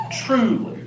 truly